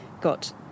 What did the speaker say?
got